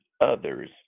others